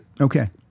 Okay